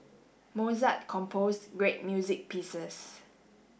Mozart composed great music pieces